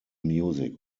music